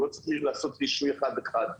הוא לא צריך לעשות רישוי אחד אחד.